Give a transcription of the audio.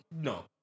No